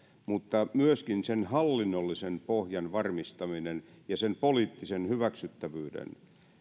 mutta myöskin sen hallinnollisen pohjan varmistaminen ja sen poliittisen hyväksyttävyyden